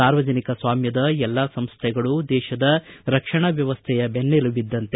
ಸಾರ್ವಜನಿಕ ಸ್ವಾಮ್ದದ ಎಲ್ಲಾ ಸಂಸ್ಥೆಗಳು ದೇಶದ ರಕ್ಷಣಾ ವ್ಣವಸ್ಥೆಯ ದೆನ್ನೆಲುಬಿದ್ದಂತೆ